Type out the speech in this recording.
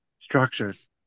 Structures